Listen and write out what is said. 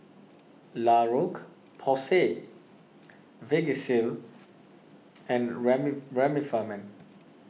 La Roche Porsay Vagisil and Remifemin